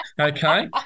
Okay